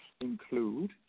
include